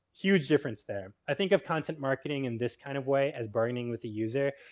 huge difference there. i think of content marketing in this kind of way as bargaining with the user.